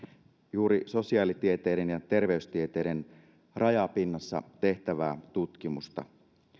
juuri sosiaalitieteiden ja terveystieteiden rajapinnassa tehtävää tutkimusta